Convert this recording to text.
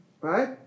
right